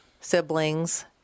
siblings